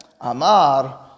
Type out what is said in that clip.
Amar